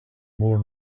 more